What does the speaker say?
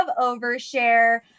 Overshare